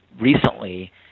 recently